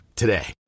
today